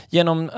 Genom